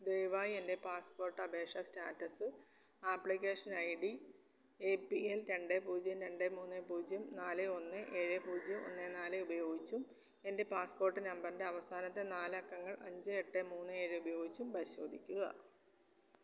ദയവായി എൻ്റെ പാസ്പോർട്ട് അപേക്ഷ status application I D A P L രണ്ട് പൂജ്യം രണ്ട് മൂന്ന് പൂജ്യം നാല് ഒന്ന് ഏഴ് പൂജ്യം ഒന്ന് നാല് ഉപയോഗിച്ചും എൻ്റെ പാസ്പോർട്ട് നമ്പറിൻ്റെ അവസാനത്തെ നാല് അക്കങ്ങൾ അഞ്ച് എട്ട് മൂന്ന് ഏഴ് ഉപയോഗിച്ചും പരിശോധിക്കുക